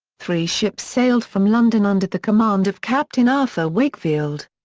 three ships sailed from london under the command of captain arthur wakefield.